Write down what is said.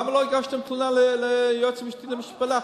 למה לא הגשתם תלונה ליועצת המשפטית לממשלה?